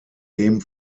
dem